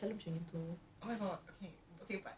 so macam entah leh